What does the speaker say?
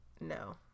No